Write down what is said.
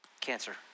cancer